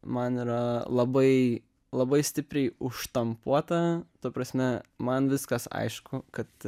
man yra labai labai stipriai užštampuota ta prasme man viskas aišku kad